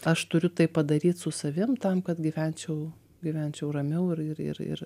aš turiu tai padaryt su savim tam kad gyvenčiau gyvenčiau ramiau ir ir ir